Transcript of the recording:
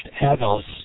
adults